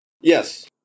Yes